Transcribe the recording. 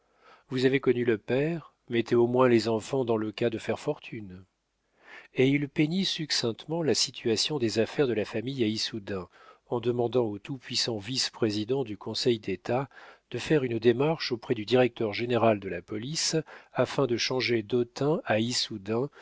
vous avez connu le père mettez au moins les enfants dans le cas de faire fortune et il peignit succinctement la situation des affaires de la famille à issoudun en demandant au tout-puissant vice-président du conseil d'état de faire une démarche auprès du directeur-général de la police afin de changer d'autun à issoudun